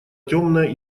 темная